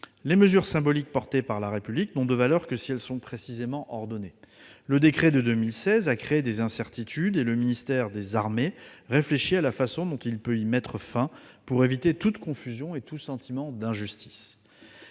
Les mesures symboliques prises par la République n'ont de valeur que si elles sont précisément ordonnées. Le décret de 2016 a créé des incertitudes, et le ministère des armées réfléchit à la façon dont il peut y mettre fin pour éviter toute confusion et tout sentiment d'injustice.